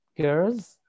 girls